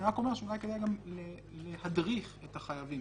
אני רק אומר שאולי כדאי גם להדריך את החייבים,